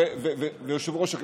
ויושב-ראש הכנסת,